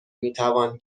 میتوان